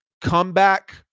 Comeback